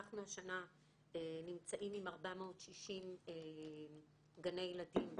אנחנו השנה נמצאים עם 460 גני ילדים